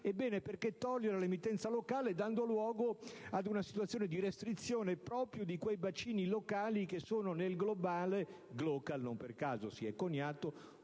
Perché togliere all'emittenza locale dando luogo ad una situazione di restrizione proprio di quei bacini locali che sono nel globale - non per caso si è coniato